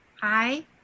hi